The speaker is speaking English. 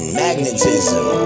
magnetism